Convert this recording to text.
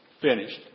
finished